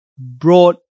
Brought